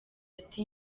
ati